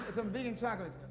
some vegan chocolates.